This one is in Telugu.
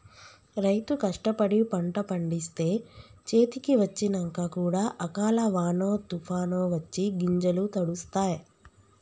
రైతు కష్టపడి పంట పండిస్తే చేతికి వచ్చినంక కూడా అకాల వానో తుఫానొ వచ్చి గింజలు తడుస్తాయ్